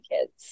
kids